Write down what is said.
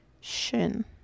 shin